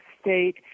state